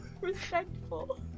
Respectful